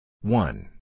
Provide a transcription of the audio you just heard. one